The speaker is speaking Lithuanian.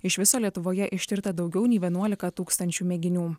iš viso lietuvoje ištirta daugiau nei vienuolika tūkstančių mėginių